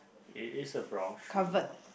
it is a brown shoe